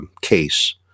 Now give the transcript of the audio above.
case